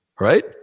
right